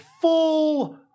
full